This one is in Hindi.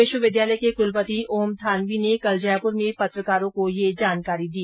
विश्वविद्यालय के कुलपति ओम थानवी ने कल जयपुर में पत्रकारों को ये जानकारी दी